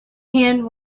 hand